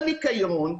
בניקיון,